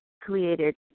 created